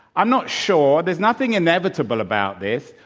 i'm not sure there's nothing inevitable about this.